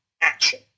action